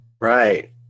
Right